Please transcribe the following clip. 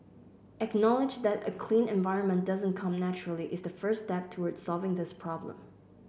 acknowledge that a clean environment doesn't come naturally is the first step toward solving this problem